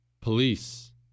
police